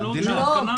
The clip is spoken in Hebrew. לא.